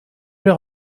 leur